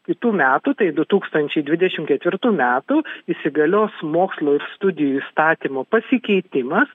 kitų metų tai du tūkstančiai dvidešimt ketvirtų metų įsigalios mokslo ir studijų įstatymo pasikeitimas